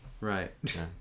Right